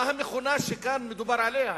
מה המכונה שמדובר עליה כאן?